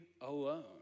alone